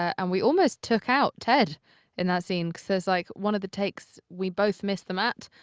and we almost took out ted in that scene, cause, like, one of the takes, we both missed the mat.